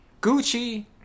Gucci